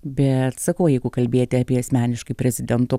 bet sakau jeigu kalbėti apie asmeniškai prezidento